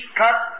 cut